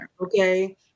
okay